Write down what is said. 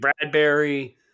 Bradbury